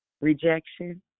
rejection